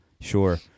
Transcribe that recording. Sure